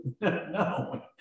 No